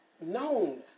known